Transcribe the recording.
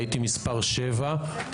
הייתי מס' שבע.